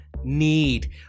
need